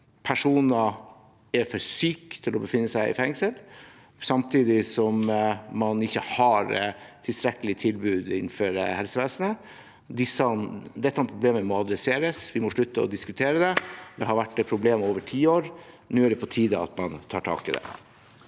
personer er for syke til å befinne seg i fengsel, samtidig som man ikke har tilstrekkelige tilbud innenfor helsevesenet. Dette problemet må det tas tak i. Vi må slutte å diskutere det, det har vært et problem over tiår, og nå er det på tide at man tar tak i det.